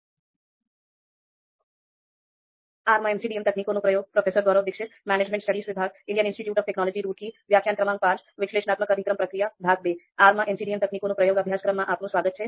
'R માં MCDM તકનીકો નું પ્રયોગ' અભ્યાસક્રમમાં આપનું સ્વાગત છે